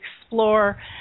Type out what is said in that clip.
explore